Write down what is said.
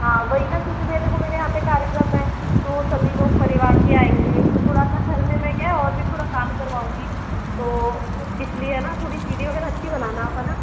हाँ वही न क्योंकि भैया देखो मेरे यहाँ पे कार्यक्रम तो सभी लोग परिवार के आएंगे तो घर में मैं क्या और भी थोड़ा काम करवाऊँगी तो इसलिए थोड़ी सीढ़ी वगैरह अच्छी बनाना है न